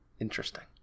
Interesting